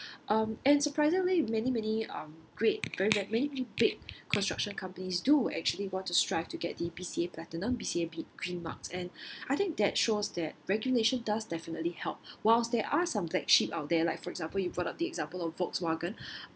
um and surprisingly many many um great many great construction companies do actually want to strive to get the B_C_A platinum B_C_A green mark and I think that shows that regulation does definitely help whilst there are some black sheep out there like for example you brought up the example of Volkswagen